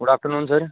good afternoon sir